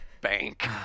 bank